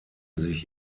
sich